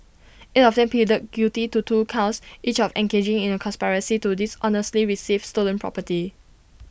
eight of them pleaded guilty to two counts each of engaging in A conspiracy to dishonestly receive stolen property